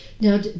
Now